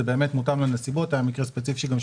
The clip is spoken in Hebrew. הדיון הזה הוא בעצם מוקדש לדיון בהסתייגויות והצבעה,